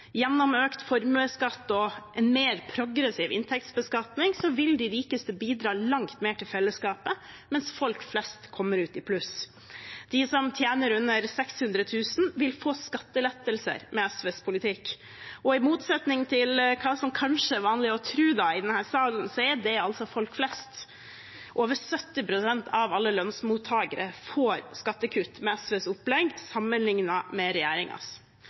Gjennom økt formuesskatt og en mer progressiv inntektsbeskatning vil de rikeste bidra langt mer til fellesskapet, mens folk flest kommer ut i pluss. De som tjener under 600 000 kr, vil få skattelettelser med SVs politikk, og i motsetning til hva som kanskje er vanlig å tro i denne salen, er det folk flest. Over 70 pst. av alle lønnsmottakere får skattekutt med SVs opplegg sammenliknet med